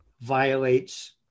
violates